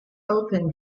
open